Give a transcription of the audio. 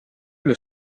del